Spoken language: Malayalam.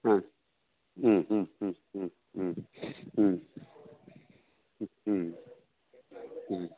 ആ മ്മ് മ്മ് മ്മ് മ്മ് മ്മ് മ്മ് മ്മ് മ്മ്